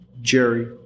Jerry